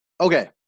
okay